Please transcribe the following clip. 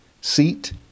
seat